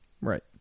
Right